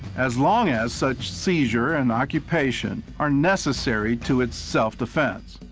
as long as such seizure and occupation are necessary to its self-defense,